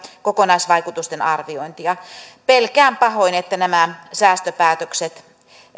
kokonaisvaikutusten arviointia pelkään pahoin että nämä säästöpäätökset